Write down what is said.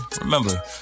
remember